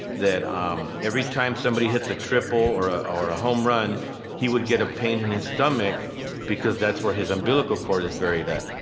that um every time somebody hits a triple or ah a home run, he would get a pain in his stomach because that's where his umbilical cord is buried at